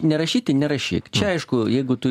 nerašyti nerašyk čia aišku jeigu tu